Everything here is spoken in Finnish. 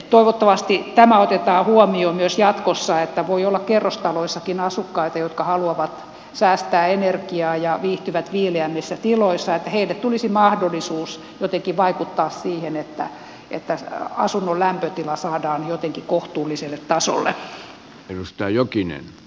toivottavasti tämä otetaan huomioon myös jatkossa että voi olla kerrostaloissakin asukkaita jotka haluavat säästää energiaa ja viihtyvät viileämmissä tiloissa ja että heille tulisi mahdollisuus jotenkin vaikuttaa siihen että asunnon lämpötila saadaan jotenkin kohtuulliselle tasolle